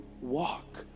walk